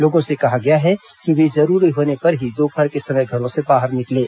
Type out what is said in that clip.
लोगों से कहा गया है कि वे जरूरी होने पर ही दोपहर के समय घरों से बाहर निकलें